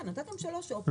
כן, נתתם שלוש אופציות,